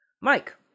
Mike